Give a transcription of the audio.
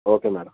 okay madam